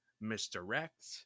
misdirect